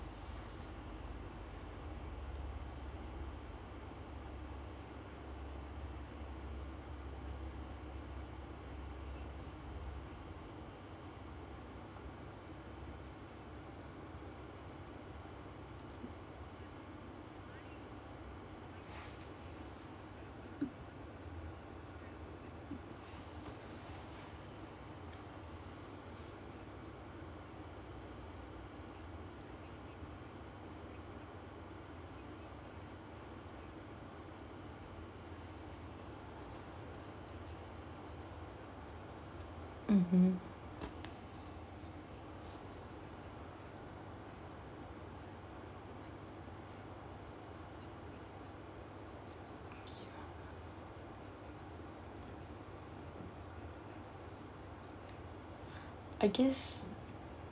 mmhmm I guess